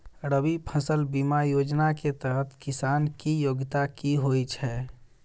रबी फसल बीमा योजना केँ तहत किसान की योग्यता की होइ छै?